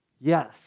Yes